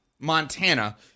Montana